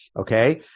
Okay